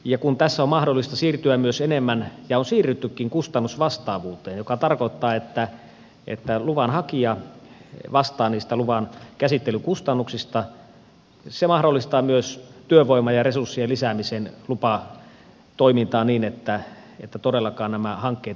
ja kun tässä on mahdollista siirtyä myös enemmän ja on siirryttykin kustannusvastaavuuteen joka tarkoittaa että luvan hakija vastaa niistä luvan käsittelykustannuksista se mahdollistaa myös työvoiman ja resurssien lisäämisen lupatoimintaan niin että todellakaan nämä hankkeet eivät veny